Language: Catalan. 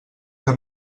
que